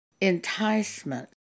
enticement